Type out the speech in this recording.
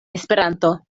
esperanto